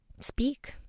speak